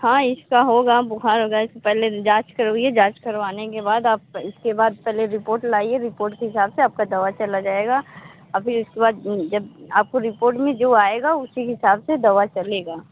हाँ इसका होगा बुखार होगा के पहले से जाँच करवाइए जाँच करवाने के बाद आप इसके बाद पहले रिपोर्ट लाइए रिपोर्ट के हिसाब से आपका दवा चला जाएगा अभी उसके बाद जब आपको रिपोर्ट में जो आएगा उसी हिसाब से दवा चलेगा